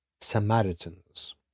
Samaritans